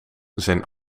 zijn